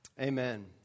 amen